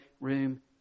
room